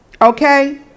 Okay